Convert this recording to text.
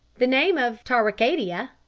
the name of tarwicadia,